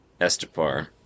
Estepar